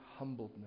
humbledness